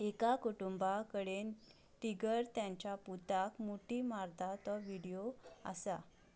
एका कुटुंबा कडेन टिगर तांच्या पुताक मुठी मारता तो व्हिडियो आसा